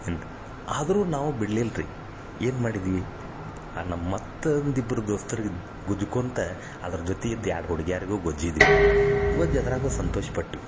ಇಲ್ರಿ ಆದರು ನಾವು ಬಿಡ್ಲಿಲ್ಲ ರೀ ಏನು ಮಾಡಿದ್ದೀವಿ ಆ ನಮ್ಮ ಮತ್ತೊಂದು ಇಬ್ರ ದೋಸ್ತ್ರಿಗ ಗೊಜ್ಕೊಂತ ಅದ್ರ ಜೊತೆ ಇದು ಎರಡು ಹುಡ್ಗ್ಯಾರ್ಗು ಗೊಜ್ಜಿದ್ವಿ ರೀ ಗೊಜ್ ಅದ್ರಾಗು ಸಂತೋಷ ಪಟ್ವಿ